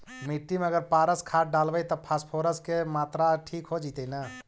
मिट्टी में अगर पारस खाद डालबै त फास्फोरस के माऋआ ठिक हो जितै न?